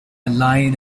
line